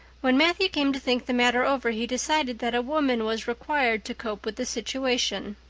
when matthew came to think the matter over he decided that a woman was required to cope with the situation.